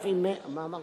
במקום 600. מה אמרתי?